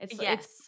Yes